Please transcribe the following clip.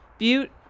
Butte